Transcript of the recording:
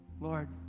Lord